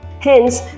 Hence